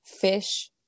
fish